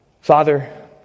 Father